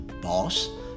boss